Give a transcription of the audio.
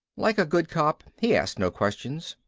like a good cop he asked no questions.